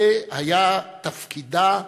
זה היה תפקידה וייעודה.